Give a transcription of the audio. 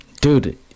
Dude